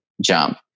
jump